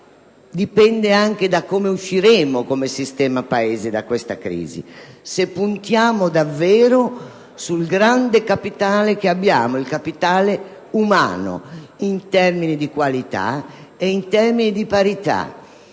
dipende anche da come usciremo come sistema Paese da questa crisi. Se puntiamo davvero sul grande capitale che abbiamo, mi riferisco al capitale umano, in termini di parità,